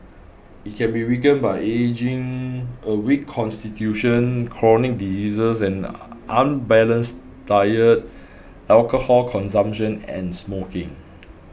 it can be weakened by ageing a weak constitution chronic diseases an unbalanced diet alcohol consumption and smoking